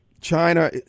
China